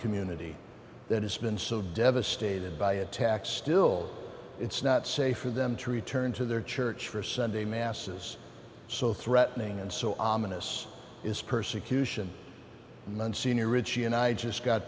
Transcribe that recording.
community that has been so devastated by attacks still it's not safe for them to return to their church for sunday masses so threatening and so ominous is persecution and one senior richie and i just got